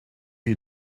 you